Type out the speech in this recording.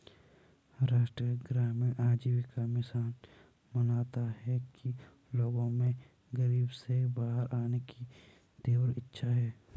राष्ट्रीय ग्रामीण आजीविका मिशन मानता है कि लोगों में गरीबी से बाहर आने की तीव्र इच्छा है